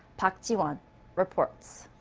park ji-won reports.